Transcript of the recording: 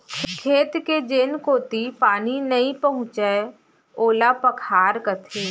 खेत के जेन कोती पानी नइ पहुँचय ओला पखार कथें